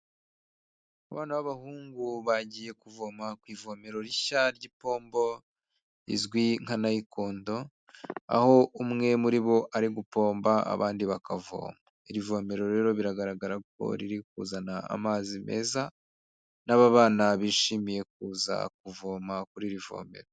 Abana b'abahungu bagiye kuvoma ku ivomero rishya ry'ipombo, rizwi nka nayikondo, aho umwe muri bo ari gupomba abandi bakavoma. Iri vomero rero biragaragara ko riri kuzana amazi meza, naba bana bishimiye kuza kuvoma kuri iri vomera.